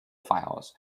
files